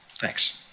Thanks